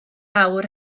awr